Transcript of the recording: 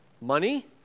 Money